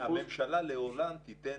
הממשלה לעולם תיתן